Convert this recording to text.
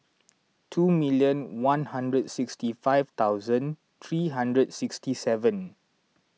two million one hundred sixty five thousand three hundred sixty seven